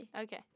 Okay